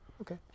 Okay